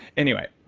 anyway,